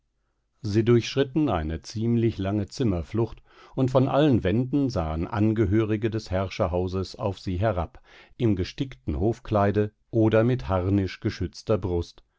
sie durchschritten eine ziemlich lange zimmerflucht und von allen wänden sahen angehörige des herrscherhauses auf sie herab im gestickten hofkleide oder mit harnischgeschützter brust